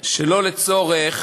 שלא לצורך